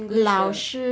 老师